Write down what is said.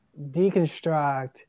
deconstruct